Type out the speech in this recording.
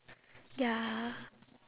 ya